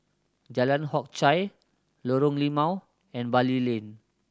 Jalan Hock Chye Lorong Limau and Bali Lane